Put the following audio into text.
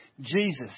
Jesus